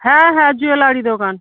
হ্যাঁ হ্যাঁ জুয়েলারি দোকান